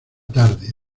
tarde